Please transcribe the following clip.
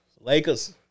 Lakers